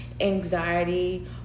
anxiety